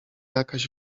jakaś